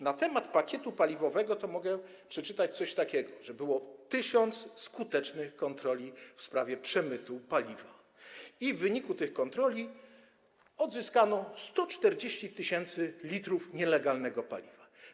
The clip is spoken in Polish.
Na temat pakietu paliwowego mogę przeczytać coś takiego, że było 1000 skutecznych kontroli w sprawie przemytu paliwa i w wyniku tych kontroli odzyskano 140 tys. l nielegalnego paliwa.